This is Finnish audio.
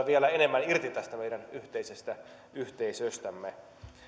vielä enemmän irti tästä meidän yhteisestä yhteisöstämme